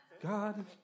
God